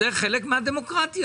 זה חלק מהדמוקרטיה.